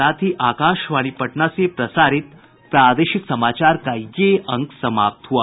इसके साथ ही आकाशवाणी पटना से प्रसारित प्रादेशिक समाचार का ये अंक समाप्त हुआ